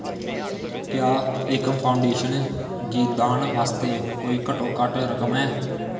क्या एकम फाउंडेशन गी दान आस्तै कोई घट्टोघट्ट रकम ऐ